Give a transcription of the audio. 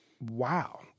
wow